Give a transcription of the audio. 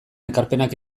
ekarpenak